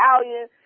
Italian